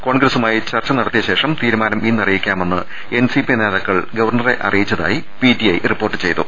കോൺഗ്രസുമായി ചർച്ച നടത്തിയ ശേഷം തീരുമാനം ഇന്നറിയി ക്കാമെന്ന് എൻസിപി നേതാക്കൾ ഗവർണറെ അറിയിച്ചതായി പിടിഐ റിപ്പോർട്ട് ചെയ്തു